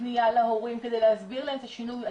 פנייה להורים כדי להסביר להם את השינוי.